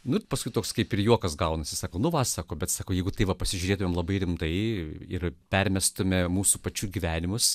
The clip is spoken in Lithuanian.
nu paskui toks kaip ir juokas gaunasi sako nu va sako bet sako jeigu tai va pasižiūrėdavome labai rimtai ir permestumėme mūsų pačių gyvenimus